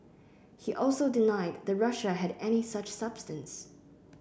he also denied that Russia had any such substance